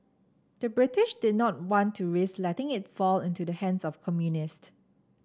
the British did not want to risk letting it fall into the hands of communist